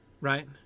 right